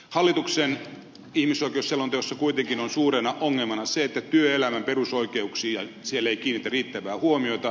hallituksen ihmisoikeusselonteossa kuitenkin on suurena ongelmana se että työelämän perusoikeuksiin siellä ei kiinnitetä riittävää huomiota